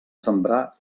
sembrar